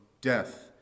death